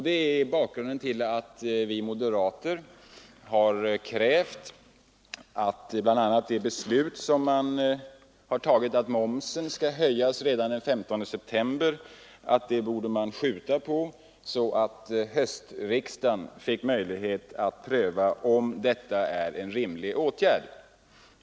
Detta är bakgrunden till att vi moderater har krävt att datum för den beslutade ändringen av momsen, den 15 september, ändras så att höstriksdagen får möjlighet att pröva om det är en rimlig åtgärd.